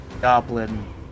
goblin